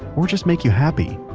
or just make you happy.